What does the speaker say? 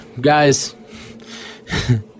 guys